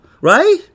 right